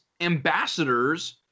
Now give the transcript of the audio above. ambassadors